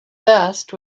best